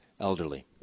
elderly